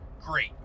great